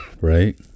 Right